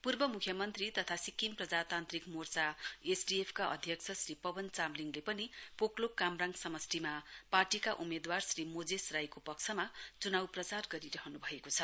पूर्व मुख्य मन्त्री तथा सिक्किम प्रजातान्त्रिक मोर्चा एसडीएफ का अध्यक्ष श्री पवन चामलिङले पनि पोकलोक कामराङ समष्टिमा पार्टीका उम्मेदवार श्री मोजेस राईको पक्षमा चुनाउ प्रचार गरिरहनु भएको छ